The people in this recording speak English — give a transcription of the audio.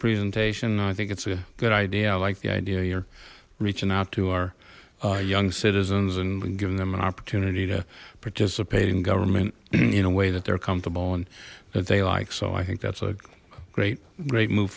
presentation i think it's a good idea i like the idea you're reaching out to our young citizens and giving them an opportunity to participate in government in a way that they're comfortable and that they like so i think that's a great great move